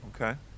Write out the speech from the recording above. okay